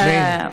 תשמעי,